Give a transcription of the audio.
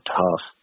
tough